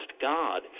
god